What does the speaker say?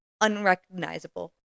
unrecognizable